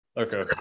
Okay